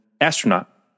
astronaut